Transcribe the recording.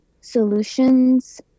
solutions